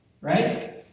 right